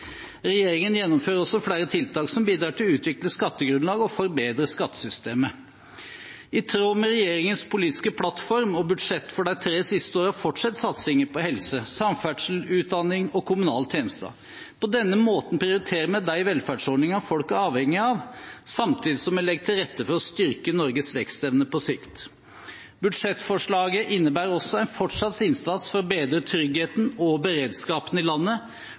Regjeringen gjennomfører også flere tiltak som bidrar til å utvide skattegrunnlaget og forbedre skattesystemet. I tråd med regjeringens politiske plattform og budsjettene for de tre siste årene fortsetter satsingen på helse, samferdsel, utdanning og kommunale tjenester. På denne måten prioriterer vi de velferdsordningene folk er avhengige av, samtidig som vi legger til rette for å styrke Norges vekstevne på sikt. Budsjettforslaget innebærer også en fortsatt innsats for å bedre tryggheten og beredskapen i landet,